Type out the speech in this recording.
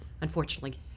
Unfortunately